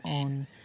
on